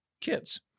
kids